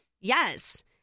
Yes